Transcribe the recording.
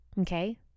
Okay